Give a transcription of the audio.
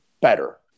better